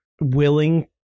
willing